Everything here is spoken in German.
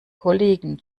kollegen